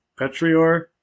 Petrior